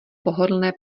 pohodlné